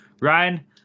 Ryan